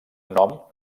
nom